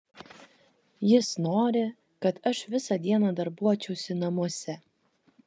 jis nori kad aš visą dieną darbuočiausi namuose